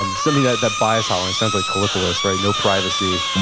um certainly that that bias hotline sounds like kallipolis, right? no privacy,